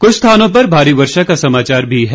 कुछ स्थानों पर भारी वर्षा का समाचार मी है